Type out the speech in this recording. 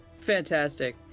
Fantastic